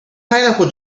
pineapple